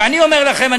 ואני אומר לכם,